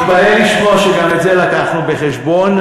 תתפלא לשמוע שגם את זה לקחנו בחשבון,